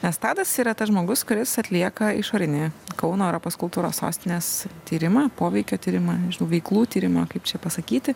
nes tadas yra tas žmogus kuris atlieka išorinį kauno europos kultūros sostinės tyrimą poveikio tyrimą veiklų tyrimą kaip čia pasakyti